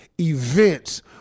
events